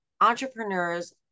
Entrepreneurs